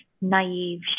naive